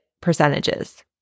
percentages